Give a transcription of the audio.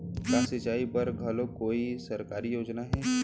का सिंचाई बर घलो कोई सरकारी योजना हे?